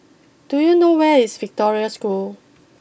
do you know where is Victoria School